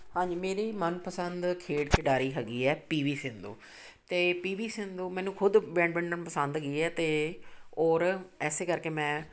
ਹਾਂਜੀ ਮੇਰੀ ਮਨਪਸੰਦ ਖੇਡ ਖਿਡਾਰੀ ਹੈਗੀ ਹੈ ਪੀਵੀ ਸਿੰਧੂ ਅਤੇ ਪੀਵੀ ਸਿੰਧੂ ਮੈਨੂੰ ਖੁਦ ਬੈਡਮਿੰਟਨ ਪਸੰਦ ਹੈਗੀ ਹੈ ਅਤੇ ਔਰ ਐਸੇ ਕਰਕੇ ਮੈਂ